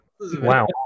wow